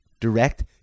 direct